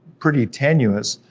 pretty tenuous,